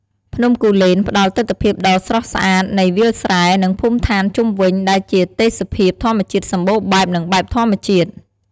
ភ្នំគូលែនផ្តល់ទិដ្ឋភាពដ៏ស្រស់ស្អាតនៃវាលស្រែ និងភូមិឋានជុំវិញ ដែលជាទេសភាពធម្មជាតិសម្បូរបែប និងបែបធម្មជាតិ។